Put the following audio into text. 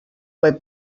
web